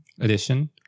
edition